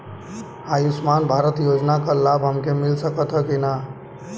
आयुष्मान भारत योजना क लाभ हमके मिल सकत ह कि ना?